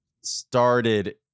started